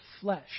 flesh